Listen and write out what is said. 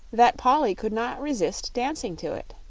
that polly could not resist dancing to it.